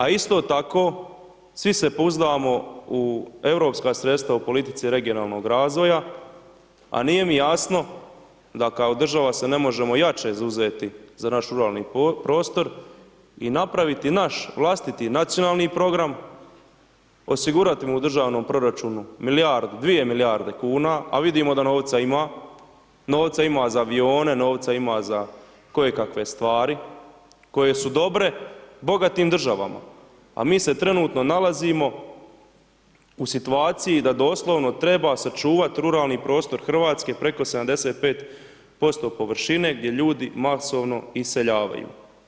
A isto tako, svi se pouzdamo u europska sredstva u politici regionalnog razvoja, a nije mi jasno da kao država se ne možemo jače zauzeti za naš ruralni prostor i napraviti naš vlastiti nacionalni program, osigurati mu u državnom proračunu milijardu, dvije milijarde kuna, a vidimo da novca ima, novca ima za avione, novca ima za kojekakve stvari koje su dobre bogatim državama, a mi se trenutno nalazimo u situaciji da doslovno treba sačuvat ruralni prostor Hrvatske preko 75% površine, gdje ljudi masovno iseljavaju.